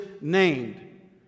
named